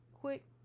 quick